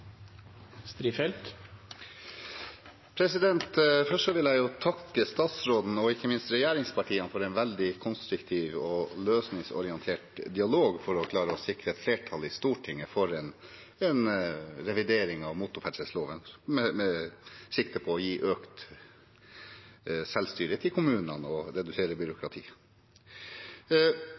løsningsorientert dialog for å klare å sikre et flertall i Stortinget for en revidering av motorferdselloven med sikte på å gi økt selvstyre til kommunene og redusere